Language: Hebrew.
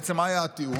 בעצם מה היה הטיעון?